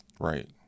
Right